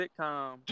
sitcom